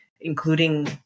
including